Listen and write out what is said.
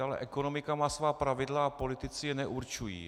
Ale ekonomika má svá pravidla a politici je neurčují.